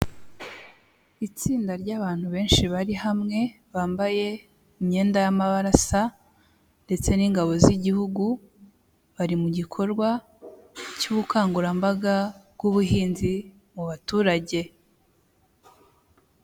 Itsinda ry'abantu benshi bari hamwe, bambaye imyenda y'amabara asa ndetse n'ingabo z'Igihugu, bari mu gikorwa cy'ubukangurambaga bw'ubuhinzi mu baturage.